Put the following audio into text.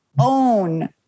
Own